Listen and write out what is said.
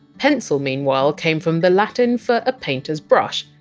pencil, meanwhile, came from the latin for a painter's brush,